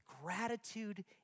gratitude